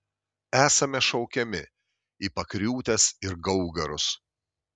esame šaukiami į pakriūtes ir gaugarus